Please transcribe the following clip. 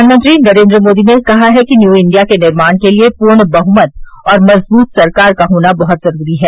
प्रधानमंत्री नरेन्द्र मोदी ने कहा है कि न्यू इंडिया के निर्माण के लिए पूर्ण बहुमत और मजबूत सरकार का होना बहुत जरूरी है